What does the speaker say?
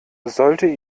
sollte